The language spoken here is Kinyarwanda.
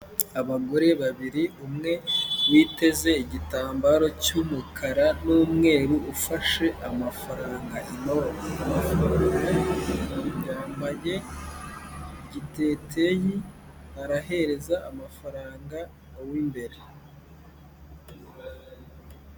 Abagore babiri umwe witeze igitambaro cy'umukara n'umweru ufashe amafaranga inoti, yambaye igiteteyi arahereza amafaranga uw'imbere.